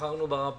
ובחרנו ברע פחות.